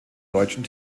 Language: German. deutschen